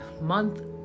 month